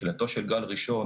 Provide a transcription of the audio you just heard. תחילתו של גל ראשון,